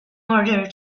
order